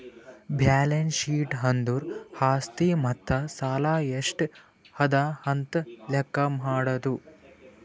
balance sheet ಅಂದುರ್ ಆಸ್ತಿ ಮತ್ತ ಸಾಲ ಎಷ್ಟ ಅದಾ ಅಂತ್ ಲೆಕ್ಕಾ ಮಾಡದು